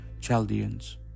Chaldeans